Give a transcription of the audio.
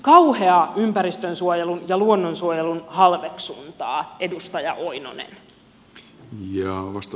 kauheaa ympäristönsuojelun ja luonnonsuojelun halveksuntaa edustaja oinonen